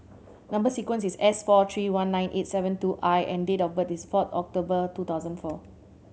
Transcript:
number sequence is S four three one nine eight seven two I and date of birth is fourth October two thousand four